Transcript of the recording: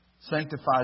sanctifies